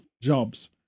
jobs